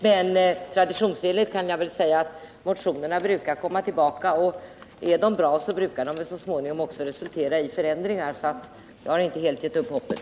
Men motionerna brukar också traditionsenligt komma tillbaka, och om de är bra brukar de väl så småningom också resultera i förändringar. Jag har därför inte helt givit upp hoppet.